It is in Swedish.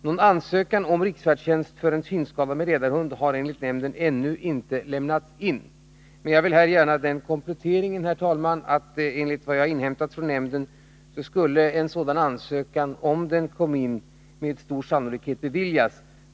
Någon ansökan om riksfärdtjänst för en synskadad med ledarhund har enligt nämnden ännu inte lämnats in. Men jag vill här göra den kompletteringen, herr talman, att en sådan ansökan, enligt vad jag inhämtat från nämnden, med stor sannolikhet skulle beviljas.